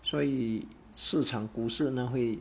所以市场股市呢会